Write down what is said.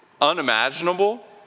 unimaginable